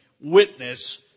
witness